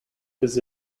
his